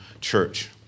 church